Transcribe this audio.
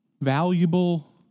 valuable